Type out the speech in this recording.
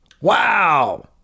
Wow